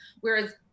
Whereas